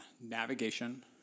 Navigation